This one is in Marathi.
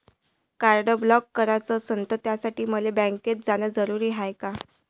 कार्ड ब्लॉक कराच असनं त त्यासाठी मले बँकेत जानं जरुरी हाय का?